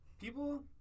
People